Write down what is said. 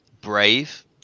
brave